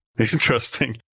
Interesting